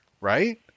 right